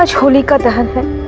holika dahan